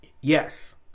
Yes